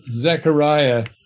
Zechariah